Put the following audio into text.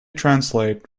translate